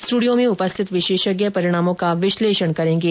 studio में उपस्थित विशेषज्ञ परिणामों का विश्लेषण करेंगे